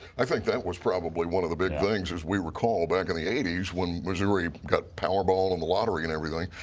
i think that was probably one of the big things. as we recall, back in the eighty s, when missouri got powerball and the lottery and everything,